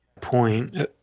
point